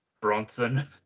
Bronson